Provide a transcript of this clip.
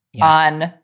on